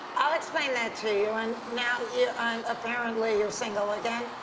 i'll explain that to you and now yeah um apparently, you're single again.